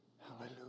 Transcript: Hallelujah